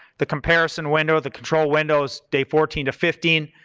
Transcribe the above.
the comparison window, the control window is day fourteen to fifteen.